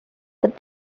but